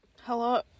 Hello